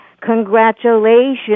Congratulations